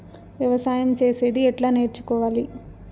వ్యవసాయం చేసేది ఎట్లా నేర్చుకోవాలి?